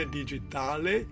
digitale